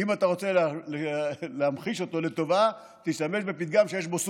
ואם אתה רוצה להמחיש אותו לטובה תשתמש בפתגם שיש בו סוס.